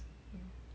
mm